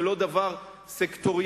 זה לא דבר סקטוריאלי,